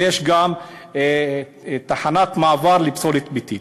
ויש גם תחנת מעבר לפסולת ביתית,